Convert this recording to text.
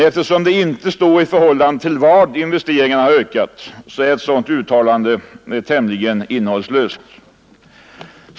Eftersom det inte anges i förhållande till vad investeringarna har ökat, är ett sådant uttalande tämligen innehållslöst.